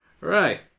Right